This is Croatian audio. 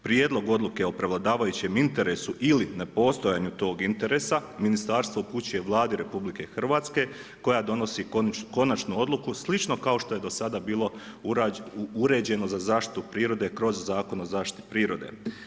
Prijedlog odluke o prevladavajućem interesu ili ne postojanju toga interesa Ministarstvo upućuje Vladi RH koja donosi konačnu odluku slično kao što je do sada bilo uređeno za zaštitu prirode kroz Zakon o zaštiti prirode.